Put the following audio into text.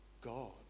God